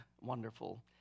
wonderful